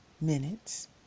minutes